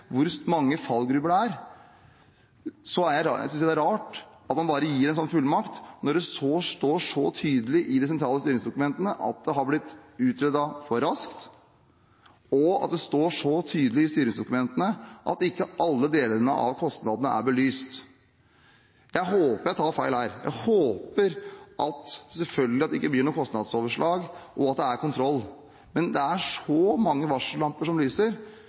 hvor mange fallgruver det er, synes jeg det er rart at man bare gir en sånn fullmakt, når det står så tydelig i de sentrale styringsdokumentene at det har blitt utredet for raskt, og det står så tydelig i styringsdokumentene at ikke alle delene av kostnadene er belyst. Jeg håper jeg tar feil her. Jeg håper selvfølgelig at det ikke blir noe kostnadsoverskridelse, og at det er kontroll. Men det er så mange varsellamper som lyser,